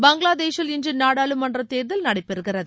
பங்களாதேஷில் இன்று நாடாளுமன்ற தேர்தல் நடைபெறுகிறது